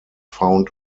found